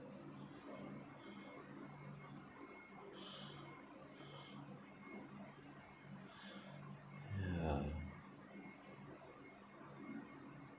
ya